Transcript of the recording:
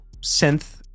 synth